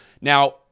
Now